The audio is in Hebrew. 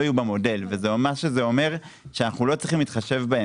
יהיו במודל ומה שזה אומר זה שאנחנו לא צריכים להתחשב בהם,